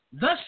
Thus